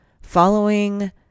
following